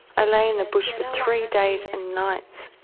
i lay in the bush for three days and nights.